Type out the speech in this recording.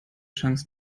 chance